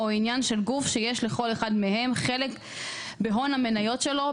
או עניין של גוף שיש לכל אחד מהם חלק בהון המניות שלו,